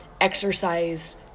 exercise